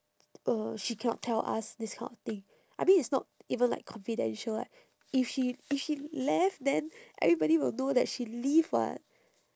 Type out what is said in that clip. uh she cannot tell us this kind of thing I mean it's not even like confidential like if she if she left then everybody will know that she leave what